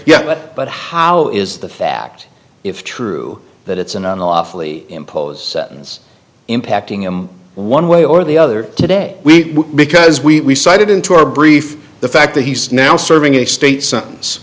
yeah but how is the fact if true that it's an unlawfully impose sentence impacting him one way or the other today we because we cited into our brief the fact that he's now serving a state sons